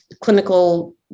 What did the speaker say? clinical